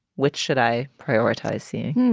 which should i prioritize seeing?